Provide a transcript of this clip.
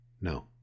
No